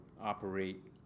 operate